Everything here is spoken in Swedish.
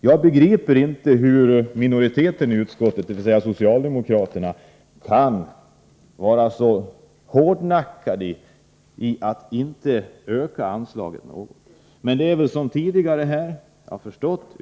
Jag begriper inte hur minoriteten i utskottet, dvs. socialdemokraterna, kan vara så hårdnackad att den inte går med på detta ökade anslag. Det är väl som tidigare.